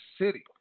City